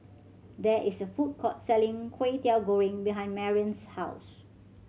there is a food court selling Kwetiau Goreng behind Marrion's house